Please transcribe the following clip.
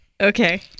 Okay